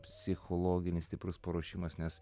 psichologinis stiprus paruošimas nes